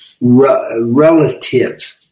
relative